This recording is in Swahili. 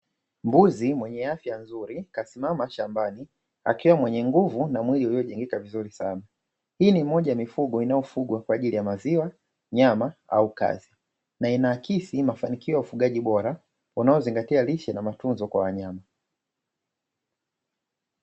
Mbuzi mwenye afya nzuri kasimama shambani akiwa mwenye nguvu na mwili uliojengeka vizuri sana, hii ni moja ya mifugo inayofugwa kwaajili ya maziwa, nyama au kazi, na inaakisi mafanikio ya ufugaji bora unaozingatia lishe na matunzo kwa wanyama.